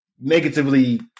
negatively